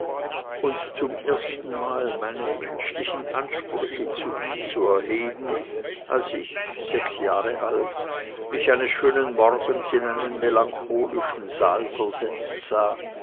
und zum ersten mal meine menschlichen ansprüche zu ihm zu erheben als ich sechs jahre alt mich eines schönen morgens in einen melancholischen saal versetzt sah